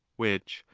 which,